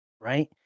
Right